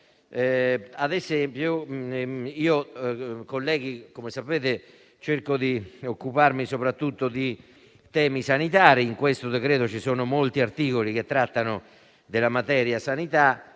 Gli esempi non mancano. Colleghi, come sapete, io cerco di occuparmi soprattutto di temi sanitari. In questo decreto ci sono molti articoli che trattano della materia,